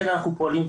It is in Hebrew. אנחנו בהחלט פועלים.